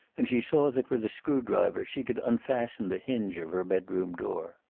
and she saw that with a screw-driver she could unfasten the hinge of her bedroom door.